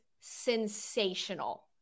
sensational